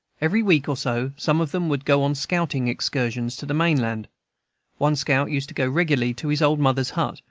every week or so some of them would go on scouting excursions to the main-land one scout used to go regularly to his old mother's hut,